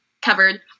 covered